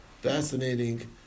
Fascinating